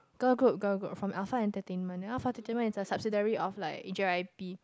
girl group girl group from alpha entertainment you know alpha entertainment is a subsidiary of like J_Y_P